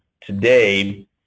today